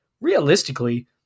realistically